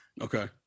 Okay